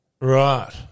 Right